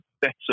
better